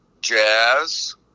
Jazz